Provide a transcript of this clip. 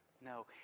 No